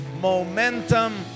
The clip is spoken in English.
momentum